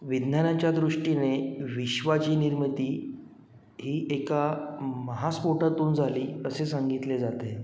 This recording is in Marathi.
विज्ञानाच्या दृष्टीने विश्वाची निर्मिती ही एका महास्फोटातून झाली असे सांगितले जाते